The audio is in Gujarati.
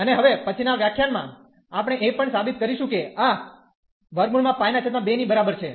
અને હવે પછીનાં વ્યાખ્યાનમાં આપણે એ પણ સાબિત કરીશું કે આ √π2 ની બરાબર છે